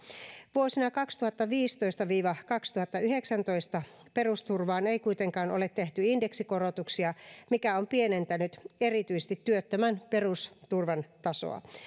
vuosina kaksituhattaviisitoista viiva kaksituhattayhdeksäntoista perusturvaan ei kuitenkaan ole tehty indeksikorotuksia mikä on pienentänyt erityisesti työttömän perusturvan tasoa